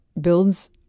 builds